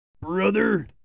Brother